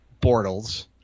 Bortles